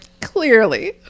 Clearly